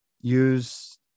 use